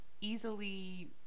easily